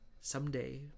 someday